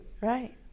Right